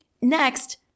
Next